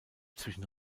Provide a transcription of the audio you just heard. zwischen